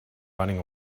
running